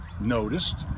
noticed